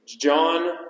John